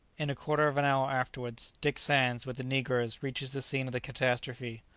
in a quarter of an hour afterwards, dick sands, with the negroes, reaches the scene of the catastrophe.